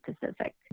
Pacific